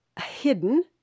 hidden